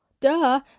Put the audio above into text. duh